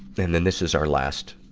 then then this is our last,